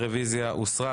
הרוויזיה הוסרה.